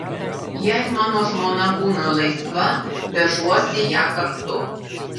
jei mano žmona būna laisva vežuosi ją kartu